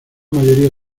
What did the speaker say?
mayoría